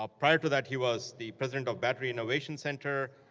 ah prior to that, he was the president of battery innovation center,